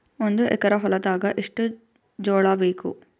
ಒಂದು ಎಕರ ಹೊಲದಾಗ ಎಷ್ಟು ಜೋಳಾಬೇಕು?